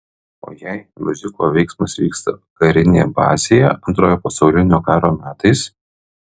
o jei miuziklo veiksmas vyksta karinėje bazėje antrojo pasaulinio karo metais